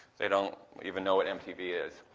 they don't even know what mtv is.